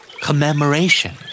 Commemoration